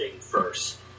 first